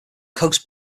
coast